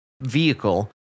vehicle